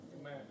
Amen